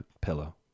pillow